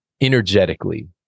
energetically